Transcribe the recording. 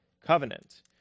covenant